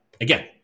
again